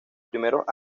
primeros